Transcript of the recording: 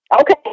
Okay